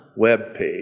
webpage